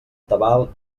tabal